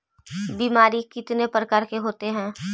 बीमारी कितने प्रकार के होते हैं?